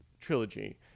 trilogy